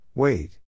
Wait